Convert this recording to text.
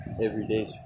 everyday